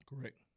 Correct